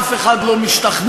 אף אחד לא משתכנע.